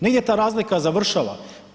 Negdje ta razlika završava.